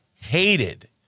hated